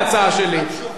זה מסקרנות.